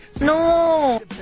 No